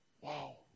Wow